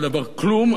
אבל היה רצוי,